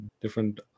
different